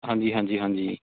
ਹਾਂਜੀ ਹਾਂਜੀ ਹਾਂਜੀ